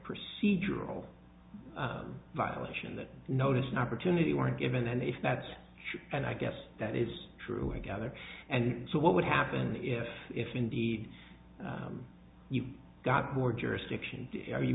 procedural violation that notice an opportunity were given and if that's true and i guess that is true i gather and so what would happen if if indeed you've got more jurisdiction are you